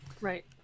Right